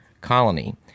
colony